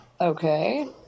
Okay